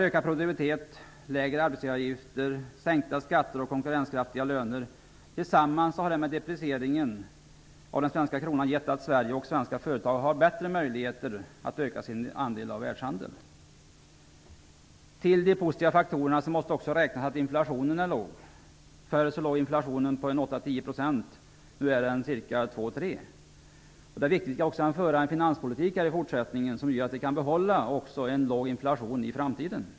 Ökad produktivitet, lägre arbetsgivaravgifter, sänkta skatter och konkurrenskraftiga löner har tillsammans med depricieringen av den svenska kronan gett Sverige och svenska företag förbättrade möjligheter att öka sin del av världshandeln. Till de positiva faktorerna måste också räknas att inflationen är låg. Förr låg inflationen på 8--10 %. Nu är den endast 2--3 %. Det är viktigt att vi i fortsättningen kan föra en finanspolitik som gör att vi även i framtiden kan behålla inflationen på en låg nivå.